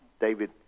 David